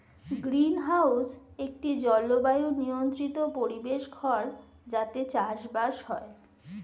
greenhouse একটি জলবায়ু নিয়ন্ত্রিত পরিবেশ ঘর যাতে চাষবাস হয়